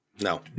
No